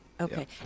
Okay